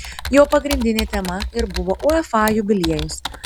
jo pagrindinė tema ir buvo uefa jubiliejus